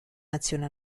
nazione